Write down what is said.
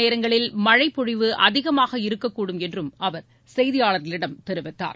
நேரங்களில் மழைப் பொழிவு அதிகமாக சில இருக்கக்கூடும் என்றும் அவர் செய்தியாளர்களிடம் தெரிவித்தார்